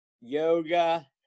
yoga